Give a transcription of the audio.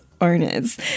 owners